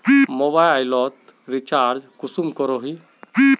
Mobile लोत recharge कुंसम करोही?